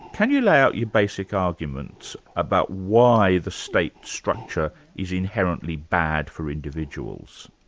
can you lay out your basic arguments about why the state structure is inherently bad for individuals?